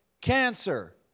cancer